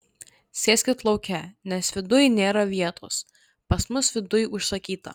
sėskit lauke nes viduj nėra vietos pas mus viduj užsakyta